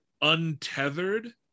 untethered